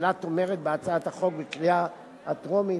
הממשלה תומכת בהצעת החוק בקריאה הטרומית,